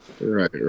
Right